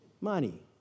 Money